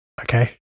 Okay